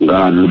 God